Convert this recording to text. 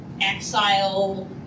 exile